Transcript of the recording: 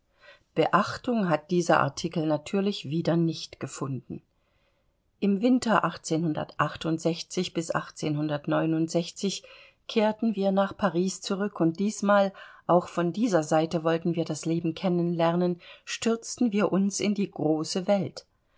beachtung hat dieser artikel natürlich wieder nicht gefunden im winter bis kehrten wir nach paris zurück und diesmal auch von dieser seite wollten wir das leben kennen lernen stürzten wir uns in die große welt